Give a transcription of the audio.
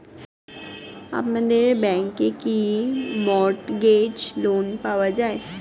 আপনাদের ব্যাংকে কি মর্টগেজ লোন পাওয়া যায়?